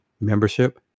membership